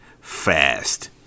fast